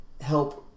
help